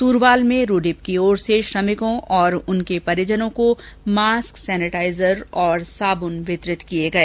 सूरवाल में रूडिप की ओर से श्रमिकों और उनके परिजनों को मास्क सैनेटाइजर और साबुन वितरित किए गए